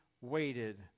waited